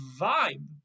vibe